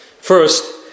First